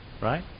Right